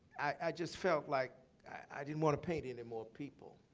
i just felt like i didn't want to paint anymore people.